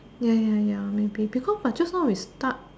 ya ya ya maybe because but just now we start